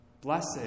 Blessed